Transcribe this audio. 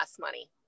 money